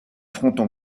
fronton